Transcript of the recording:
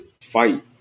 fight